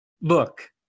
Look